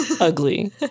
ugly